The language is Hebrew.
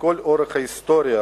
לכל אורך ההיסטוריה